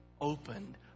opened